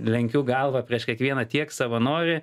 lenkiu galvą prieš kiekvieną tiek savanorį